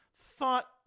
thought